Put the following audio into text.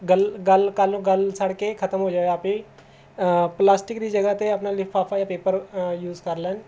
ਗਲ ਗਲ ਕਲ ਗਲ ਸੜ ਕੇ ਖਤਮ ਹੋ ਜਾਏਗਾ ਆਪੇ ਹੀ ਪਲਾਸਟਿਕ ਦੀ ਜਗ੍ਹਾ 'ਤੇ ਆਪਣਾ ਲਿਫਾਫਾ ਜਾਂ ਪੇਪਰ ਯੂਜ ਕਰ ਲੈਣ